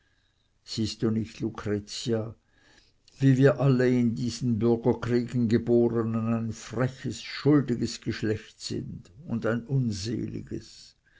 siehst du nicht lucretia wie wir alle in diesen bürgerkriegen gebornen ein freches schuldiges geschlecht sind und ein unseliges